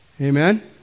Amen